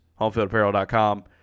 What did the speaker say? HomefieldApparel.com